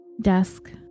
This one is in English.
desk